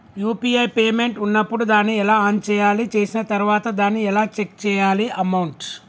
UPI payment ఉన్నప్పుడు దాన్ని ఎలా ఆన్ చేయాలి? చేసిన తర్వాత దాన్ని ఎలా చెక్ చేయాలి అమౌంట్?